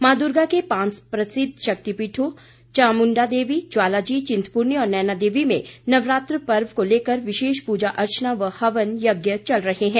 मां दुर्गा के पांच प्रसिद्ध शक्तिपीठों चामुंडा देवी ज्वाला जी चिंतपूर्णी और नयना देवी में नवरात्र पर्व को लेकर विशेष पूजा अर्चना व हवन यज्ञ चल रहे हैं